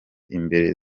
imbere